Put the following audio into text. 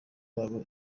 babo